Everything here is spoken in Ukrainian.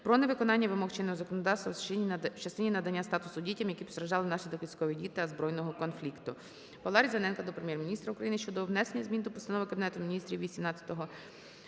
про невиконання вимог чинного законодавства в частині надання статусу дітям, які постраждали внаслідок військових дій та збройного конфлікту.